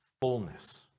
Fullness